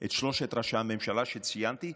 את שלושת ראשי הממשלה שציינתי,